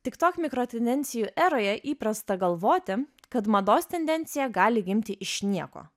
tiktok mikrotendencijų eroje įprasta galvoti kad mados tendencija gali gimti iš nieko